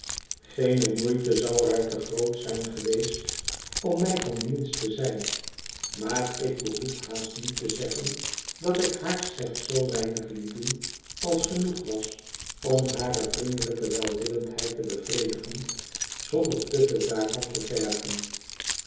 geene moeite zou haar te groot zijn geweest om mij van dienst te zijn maar ik behoef haast niet te zeggen dat ik haar slechts zoo weinig liet doen als genoeg was om hare vriendelijke welwillendheid te bevredigen zonder te veel daarvan te vergen